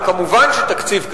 וכמובן שתקציב כזה,